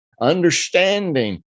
understanding